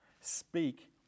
speak